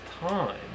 time